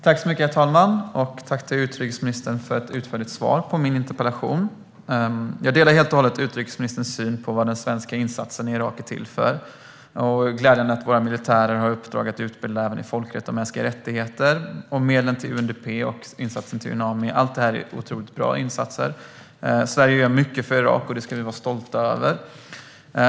Herr talman! Tack, utrikesministern, för ett utförligt svar på min interpellation. Jag delar helt och hållet utrikesministerns syn på vad den svenska insatsen i Irak är till för. Det är glädjande att våra militärer har i uppdrag att utbilda även i folkrätt och mänskliga rättigheter. Medlen till UNDP och insatsen av Unami är otroligt bra insatser. Sverige gör mycket för Irak, och det ska vi vara stolta över.